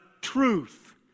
truth